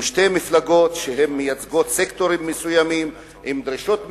עם שתי מפלגות שמייצגות סקטורים מסוימים עם דרישות מסוימות.